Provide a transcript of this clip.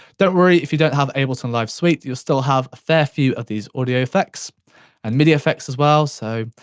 don't worry if you don't have ableton live suite, you'll still have a fair few of these audio effects and midi effects as well. so,